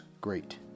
great